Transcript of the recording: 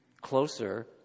closer